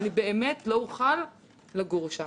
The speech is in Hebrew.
אני באמת לא אוכל לגור שם.